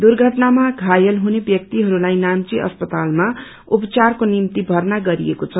दुर्घटनामा घयल हुने व्यक्तिहरूलाई नाम्ची अस्पतालमा उपचारको निम्ति भर्ना गरिएको छ